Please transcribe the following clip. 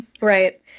right